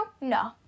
No